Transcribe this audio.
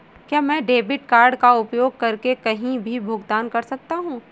क्या मैं debit card का उपयोग करके कहीं भी भुगतान कर सकता हूं?